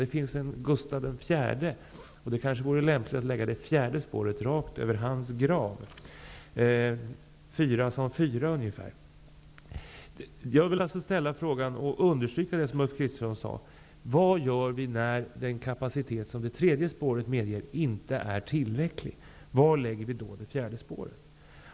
Det finns en Gustaf IV, och det kanske vore lämpligt att lägga det fjärde spåret rakt över hans grav -- fyra som fyra ungefär. Jag vill ställa en fråga och understryka det som Ulf Kristersson sade. Vad gör man när den kapacitet som det tredje spåret medger inte är tillräcklig? Var lägger man då det fjärde spåret?